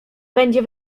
będzie